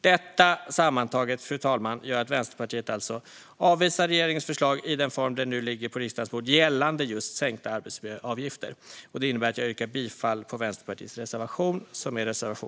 Detta sammantaget, fru talman, gör att Vänsterpartiet alltså avvisar regeringens förslag i den form det nu ligger på riksdagens bord, gällande just sänkta arbetsgivaravgifter. Det innebär att jag yrkar bifall till Vänsterpartiets reservation nr 2.